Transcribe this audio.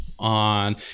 on